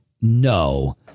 no